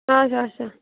اَچھا اَچھا